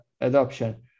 adoption